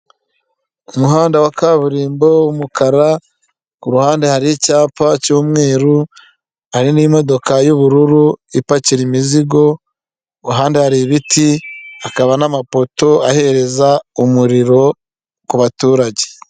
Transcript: Umuhanda wa kaburimbo w'umukara kuruhande hari icyapa cy'umweru hari n'imodoka y'ubururu ipakira imizigo, ku ruhande hari ibiti hakaba n'amapoto ahereza umuriro kuba baturage.